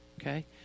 Okay